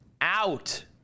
out